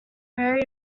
very